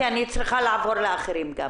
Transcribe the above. כי אני צריכה לעבור גם לאחרים.